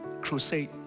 crusade